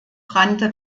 brannte